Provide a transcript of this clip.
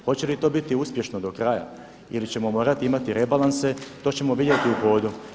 Hoće li to biti uspješno do kraja ili ćemo morati imati rebalanse to ćemo vidjeti u hodu.